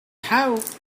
have